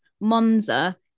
Monza